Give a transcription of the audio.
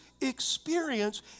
experience